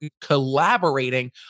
collaborating